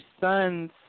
son's